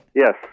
Yes